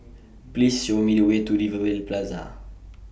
Please Show Me The Way to Rivervale Plaza